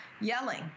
yelling